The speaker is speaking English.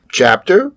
chapter